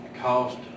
cost